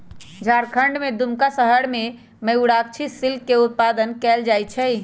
झारखंड के दुमका शहर में मयूराक्षी सिल्क के उत्पादन कइल जाहई